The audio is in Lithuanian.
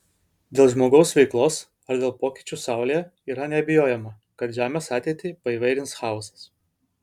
dėl žmogaus veiklos ar dėl pokyčių saulėje yra neabejojama kad žemės ateitį paįvairins chaosas